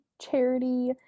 charity